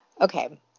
Okay